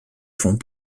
font